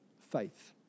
faith